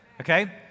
Okay